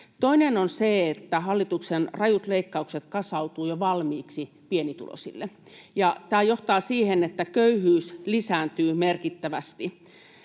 Toinen on se, että hallituksen rajut leikkaukset kasautuvat jo valmiiksi pienituloisille, ja tämä johtaa siihen, että köyhyys lisääntyy merkittävästi.